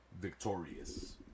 victorious